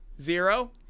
Zero